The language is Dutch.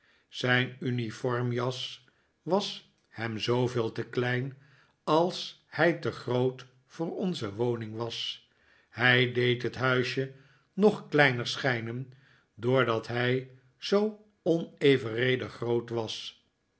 zijn uniformjas was hem zooveel te klein als hij te groot voor onze woning was hij deed het huisje nog kleiner schijnen doordat hij zoo onevenredig groot was